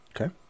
okay